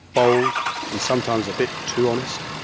bold and sometimes a bit too honest.